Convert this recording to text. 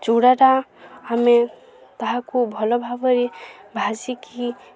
ଚୂଡ଼ାଟା ଆମେ ତାହାକୁ ଭଲ ଭାବରେ ଭାଜିକି